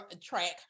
track